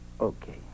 Okay